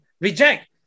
reject